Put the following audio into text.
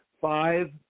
five